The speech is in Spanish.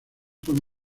con